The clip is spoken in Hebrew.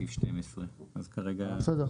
לסעיף 12. בסדר,